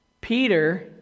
Peter